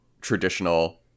traditional